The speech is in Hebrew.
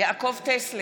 יעקב טסלר,